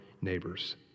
neighbors